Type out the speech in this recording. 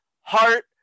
heart